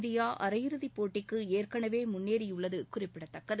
India அரையிறுதிப்போட்டிக்கு ஏற்கனவே முள்னேறியுள்ளது குறிப்பிடத்தக்கது